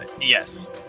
Yes